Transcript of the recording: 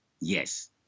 yes